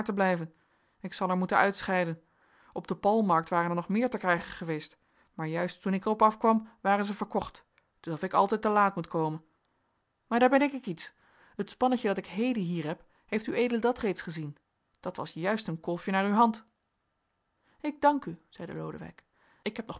ik zal er moeten uitscheiden op de palmmarkt waren er nog meer te krijgen geweest maar juist toen ik er op afkwam waren zij verkocht t is of ik altijd te laat moet komen maar daar bedenk ik iets het spannetje dat ik heden hier heb heeft ued dat reeds gezien dat was juist een kolfje naar uw hand ik dank u zeide lodewijk ik heb nog